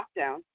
lockdown